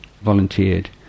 volunteered